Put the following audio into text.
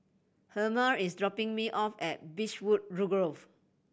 Helmer is dropping me off at Beechwood Grove